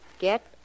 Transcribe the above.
Get